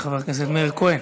חבר הכנסת מאיר כהן.